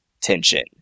tension